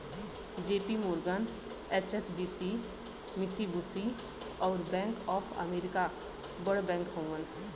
JP Morgan, HSBC, Mitsubishi, अउर bank of America बड़ bank हउवन